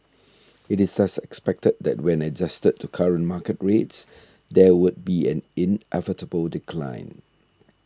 it is thus expected that when adjusted to current market rates there would be an inevitable decline